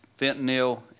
fentanyl